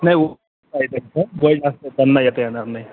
नाही ओ वय जास्त आहे त्यांना येता येणार नाही